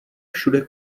všude